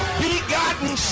begotten